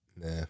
Nah